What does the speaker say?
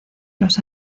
los